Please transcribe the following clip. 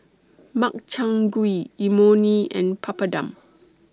Makchang Gui Imoni and Papadum